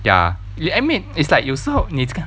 ya you admit it's like 有时候你这个